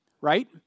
right